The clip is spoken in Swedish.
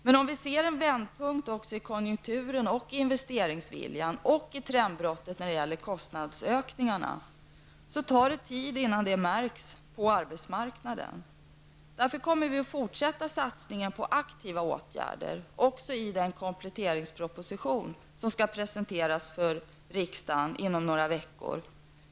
Även om vi ser en vändpunkt i konjunkturen och i investeringsviljan och ett trendbrott när det gäller kostnadsökningarna tar det tid innan det märks på arbetsmarknaden. Därför kommer vi att fortsätta satsningen på aktiva åtgärder också i den kompletteringsproposition som skall presenteras för riksdagen inom några veckor.